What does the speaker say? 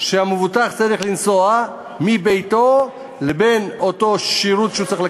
שהמבוטח צריך לנסוע מביתו כדי לקבל